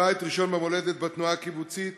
ל"בית ראשון במולדת" בתנועה הקיבוצית.